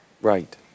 Right